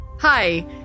Hi